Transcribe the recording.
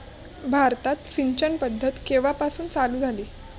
भारतात सिंचन पद्धत केवापासून चालू झाली?